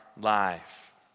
life